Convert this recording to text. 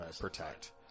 protect